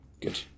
Good